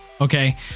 okay